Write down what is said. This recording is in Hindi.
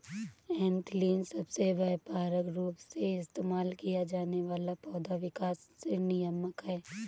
एथिलीन सबसे व्यापक रूप से इस्तेमाल किया जाने वाला पौधा विकास नियामक है